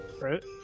Right